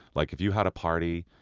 like if you had a party,